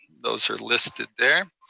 those are listed there.